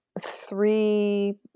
Three